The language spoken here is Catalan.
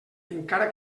encara